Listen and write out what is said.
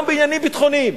גם בעניינים ביטחוניים.